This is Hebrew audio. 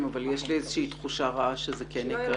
נוספים אבל יש לי תחושה רעה שזה מה שיהיה.